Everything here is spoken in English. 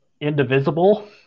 Indivisible